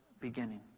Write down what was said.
beginning